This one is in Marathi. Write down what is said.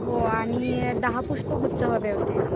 हो आणि दहा पुष्पगुच्छ हवे होते